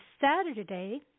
Saturday